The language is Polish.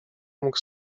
mógł